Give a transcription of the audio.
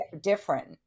different